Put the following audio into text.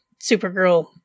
Supergirl